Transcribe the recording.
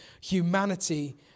humanity